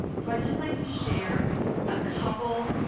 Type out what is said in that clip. so, i'd just like to share a couple